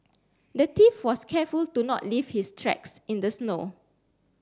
the thief was careful to not leave his tracks in the snow